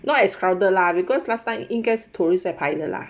not as crowded lah because last time 应该是 tourists 在排的啦